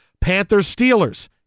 Panthers-Steelers